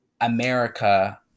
America